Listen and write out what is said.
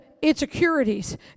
insecurities